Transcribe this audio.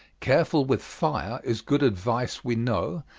careful with fire, is good advice we know,